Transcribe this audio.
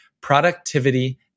productivity